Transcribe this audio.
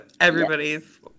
everybody's